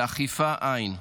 ואכיפה אין.